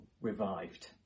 revived